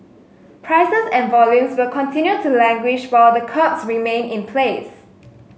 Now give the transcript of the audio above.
prices and volumes will continue to languish while the curbs remain in place